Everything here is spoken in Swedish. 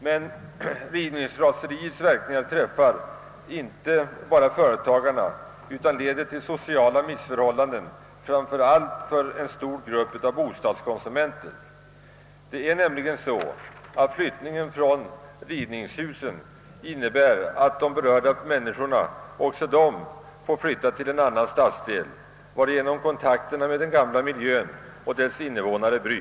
Men rivningsraseriet drabbar inte bara företagarna, utan det leder även till sociala missförhållanden, framför allt för stora grupper av bostadshyresgäster. Det är nämligen så, att flyttningen från rivningshusen innebär att de berörda människorna vanligtvis får flytta till en annan stadsdel, varigenom kontakterna med den gamla miljön och dess invånare bryts.